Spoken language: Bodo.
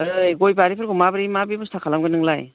ओइ गय बारिफोरखौ माबोरै माबोरै बेब'स्था खालामगोन नोंलाय